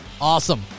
Awesome